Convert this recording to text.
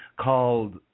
called